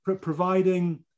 Providing